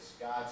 God